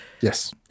Yes